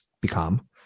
become